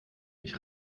mich